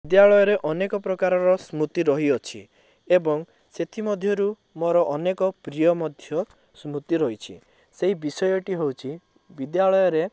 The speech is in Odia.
ବିଦ୍ୟାଳୟରେ ଅନେକ ପ୍ରକାରର ସ୍ମୃତି ରହିଅଛି ଏବଂ ସେଥିମଧ୍ୟରୁ ମୋର ଅନେକ ପ୍ରିୟ ମଧ୍ୟ ସ୍ମୃତି ରହିଛି ସେହି ବିଷୟଟି ହେଉଛି ବିଦ୍ୟାଳୟରେ